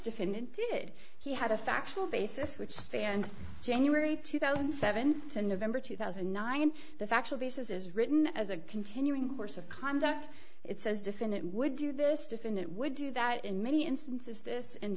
defendant did he had a factual basis which spanned january two thousand and seven to november two thousand and nine the factual basis is written as a continuing course of conduct it says defendant would do this defendant would do that in many instances this in